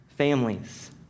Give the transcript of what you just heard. families